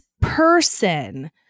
person